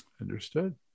Understood